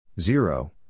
zero